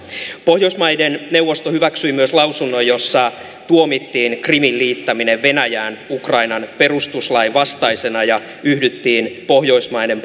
pohjoismaiden neuvosto hyväksyi myös lausunnon jossa tuomittiin krimin liittäminen venäjään ukrainan perustuslain vastaisena ja yhdyttiin pohjoismaiden